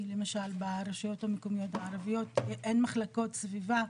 למשל ברשויות המקומיות הערביות אין מחלקות סביבה,